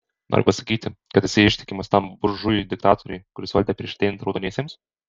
nori pasakyti kad esi ištikimas tam buržujui diktatoriui kuris valdė prieš ateinant raudoniesiems